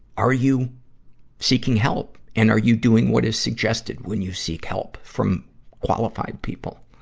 are you seeking help and are you doing what is suggested when you seek help from qualified people.